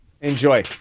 enjoy